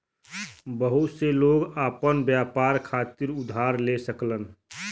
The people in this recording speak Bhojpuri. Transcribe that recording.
बहुत से लोग आपन व्यापार खातिर उधार ले सकलन